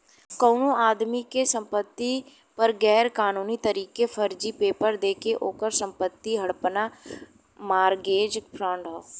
कउनो आदमी के संपति पर गैर कानूनी तरीके फर्जी पेपर देके ओकर संपत्ति हड़पना मारगेज फ्राड हौ